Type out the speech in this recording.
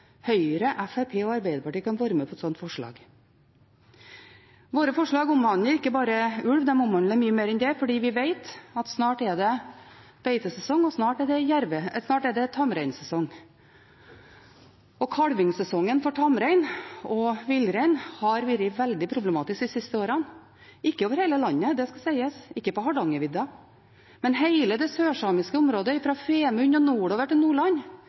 Høyre, Fremskrittspartiet og Arbeiderpartiet kan være med på et slikt forslag. Våre forslag omhandler ikke bare ulv, de omhandler mye mer enn det, for vi vet at snart er det beitesesong, og snart er det tamreinssesong. Kalvingssesongen for tamrein og villrein har vært veldig problematisk de siste årene – ikke over hele landet, det skal sies, ikke på Hardangervidda, men hele det sørsamiske området fra Femunden og nordover til Nordland